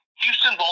houston